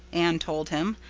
anne told him,